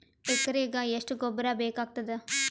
ಎಕರೆಗ ಎಷ್ಟು ಗೊಬ್ಬರ ಬೇಕಾಗತಾದ?